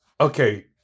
okay